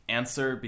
answer